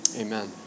Amen